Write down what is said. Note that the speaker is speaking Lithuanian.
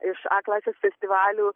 iš a klasės festivalių